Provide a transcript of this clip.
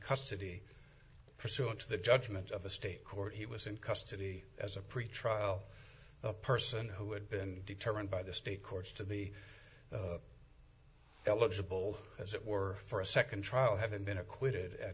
custody pursuant to the judgment of a state court he was in custody as a pretrial person who had been determined by the state courts to be eligible as it were for a second trial having been acquitted at